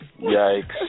Yikes